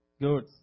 Good